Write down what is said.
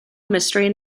mystery